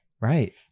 Right